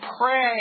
pray